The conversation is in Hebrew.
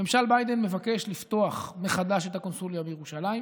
ממשל ביידן מבקש לפתוח מחדש את הקונסוליה בירושלים,